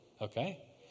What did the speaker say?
okay